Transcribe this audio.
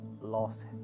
lost